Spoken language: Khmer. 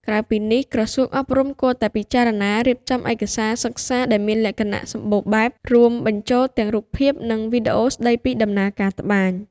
ក្រៅពីនេះ ក្រសួងអប់រំគួរតែពិចារណារៀបចំឯកសារសិក្សាដែលមានលក្ខណៈសម្បូរបែប រួមបញ្ចូលទាំងរូបភាព និងវីដេអូស្តីពីដំណើរការត្បាញ។